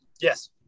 Yes